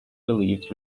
believed